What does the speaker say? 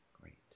Great